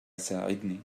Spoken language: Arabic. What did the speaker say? ساعدني